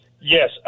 Yes